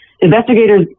investigators